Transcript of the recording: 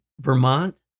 Vermont